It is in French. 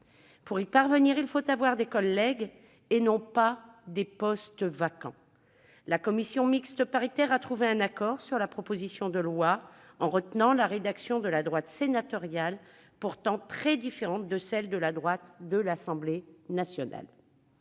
Pour y parvenir, il faut avoir des collègues et pas des postes vacants. La commission mixte paritaire a trouvé un accord sur la proposition de loi en retenant la rédaction de la droite sénatoriale, pourtant très différente de celle de la droite de l'Assemblée nationale.